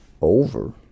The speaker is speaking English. over